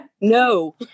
No